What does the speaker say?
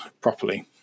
properly